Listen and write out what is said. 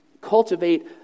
cultivate